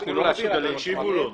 תקשיבו לו.